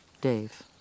Dave